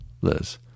Liz